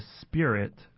Spirit